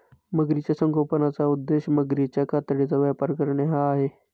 मगरीच्या संगोपनाचा उद्देश मगरीच्या कातडीचा व्यापार करणे हा आहे